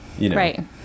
right